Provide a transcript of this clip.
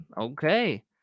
Okay